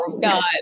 God